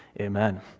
Amen